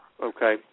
Okay